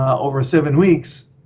over seven weeks,